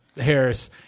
Harris